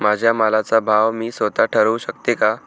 माझ्या मालाचा भाव मी स्वत: ठरवू शकते का?